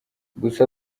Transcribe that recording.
gusa